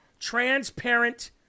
transparent